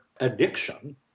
addiction